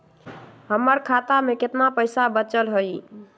हमर खाता में केतना पैसा बचल हई?